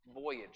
voyage